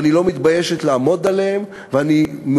ואני לא מתביישת לעמוד עליהם,